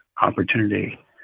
opportunity